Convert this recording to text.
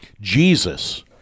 Jesus